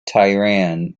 tehran